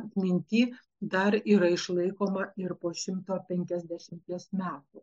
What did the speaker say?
atminty dar yra išlaikoma ir po šimto penkiasdešimties metų